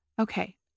Okay